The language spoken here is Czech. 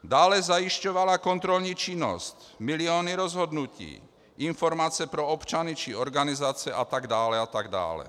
Dále zajišťovala kontrolní činnost, miliony rozhodnutí, informace pro občany či organizace a tak dále a tak dále.